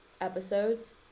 episodes